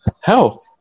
hell